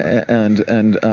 and, and,